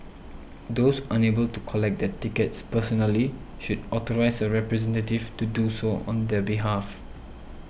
those unable to collect their tickets personally should authorise a representative to do so on their behalf